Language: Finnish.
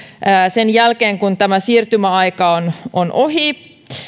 sen jälkeen kun tämä siirtymäaika on on ohi